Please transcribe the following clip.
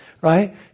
right